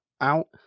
out